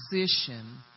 position